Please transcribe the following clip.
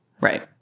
Right